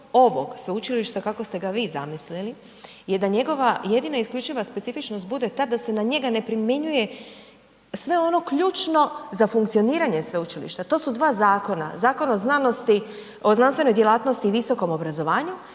ovog sveučilišta kako ste ga vi zamislili je da njegova jedina isključiva specifičnost bude ta da se na njega ne primjenjuje sve ono ključno za funkcioniranje sveučilišta. To su 2 zakona, Zakon o znanstvenoj djelatnosti i visokom obrazovanju